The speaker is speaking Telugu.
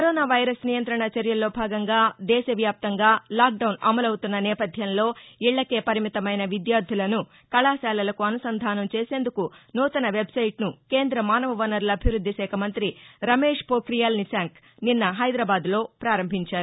కరోనా వైరస్ నియంత్రణ చర్యల్లో భాగంగా దేశవ్యాప్తంగా లాక్డౌన్ అమలవుతున్న నేపథ్యంలో ఇళ్లకే పరిమితమైన విద్యార్దులను కళాశాలలకు అనుసంధానం చేసేందుకు నూతన వెబ్సైట్సు కేంద మానవ వనరుల అభివృద్ది శాఖ మంత్రి రమేష్ పోత్రియాల్ నిశాంక్ నిన్న హైదరాబాద్లో పారంభించారు